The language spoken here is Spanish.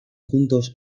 juntos